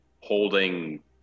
holding